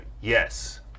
Yes